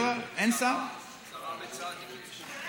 בצד"י.